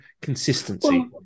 consistency